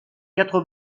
quatre